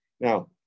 Now